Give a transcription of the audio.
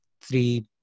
three